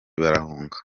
barahunga